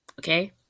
Okay